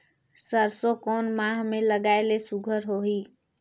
सरसो कोन माह मे लगाय ले सुघ्घर होही?